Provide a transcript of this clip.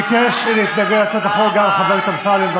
ביקש להתנגד להצעת החוק גם חבר הכנסת אמסלם.